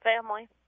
family